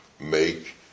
make